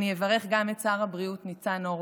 אני אברך גם את שר הבריאות ניצן הורוביץ,